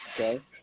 okay